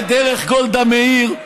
לדרך גולדה מאיר,